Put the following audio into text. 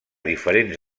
diferents